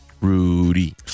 Rudy